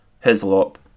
Hislop